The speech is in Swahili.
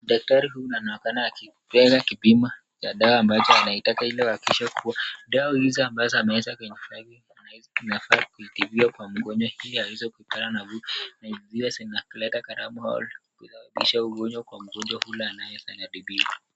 Daktari huyu anaonekana akibeba kipimo cha daea ambacho anaita ili ahakikishe kuwa ambazo ameweza kwa mgonjwa.